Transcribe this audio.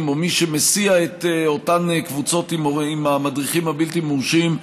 או מי שמסיע את אותן קבוצות עם המדריכים הבלתי-מורשים,